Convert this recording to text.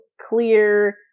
clear